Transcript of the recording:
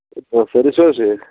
سأری چھِو حظ ٹھیٖک